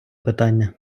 питання